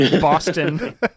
Boston